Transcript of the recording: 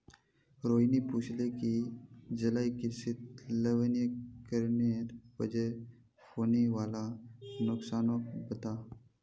रोहिणी पूछले कि जलीय कृषित लवणीकरनेर वजह होने वाला नुकसानक बता